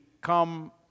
come